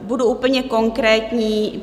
Budu úplně konkrétní.